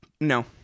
No